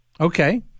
Okay